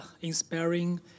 inspiring